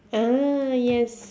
ah yes